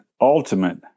ultimate